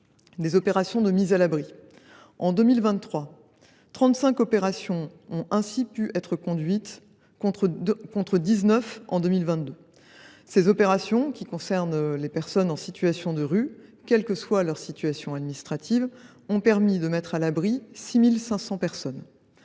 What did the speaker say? des opérations de mise à l’abri. En 2023, 35 opérations ont ainsi pu être conduites, contre 19 en 2022. Ces opérations, qui concernent les personnes en situation de rue, quelle que soit leur situation administrative, ont permis de mettre à l’abri 6 500 personnes.